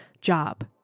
job